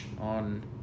on